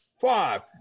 five